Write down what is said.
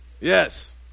Yes